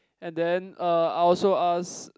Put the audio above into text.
and then er I also ask